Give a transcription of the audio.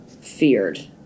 feared